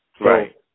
Right